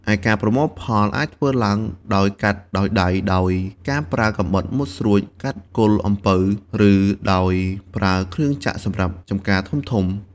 ឯការប្រមូលផលអាចធ្វើឡើងដោយកាត់ដោយដៃ ដោយការប្រើកាំបិតមុតស្រួចកាត់គល់អំពៅ ឬដោយប្រើគ្រឿងចក្រសម្រាប់ចំការធំៗ។